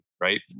right